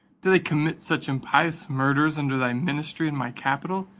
do they commit such impious murders under thy ministry in my capital,